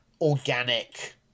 organic